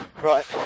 right